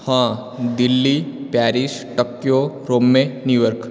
ହଁ Delhi Paris Tokyo Rome New York